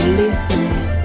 listening